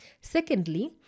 Secondly